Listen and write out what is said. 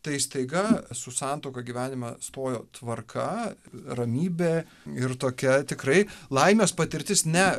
tai staiga su santuoka gyvenime stojo tvarka ramybė ir tokia tikrai laimės patirtis ne